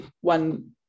one